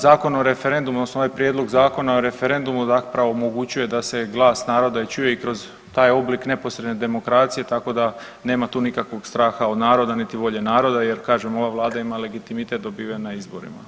Zakon o referendumu odnosno ovaj prijedlog zakona o referendumu zapravo omogućuje da se glas naroda i čuje i kroz taj oblik neposredne demokracije, tako da nema tu nikakvog straha od naroda, niti volje naroda jer kažem ova vlada ima legitimitet dobiven na izborima.